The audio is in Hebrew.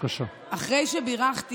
חבר הכנסת